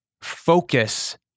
Focus